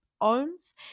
owns